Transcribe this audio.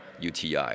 UTI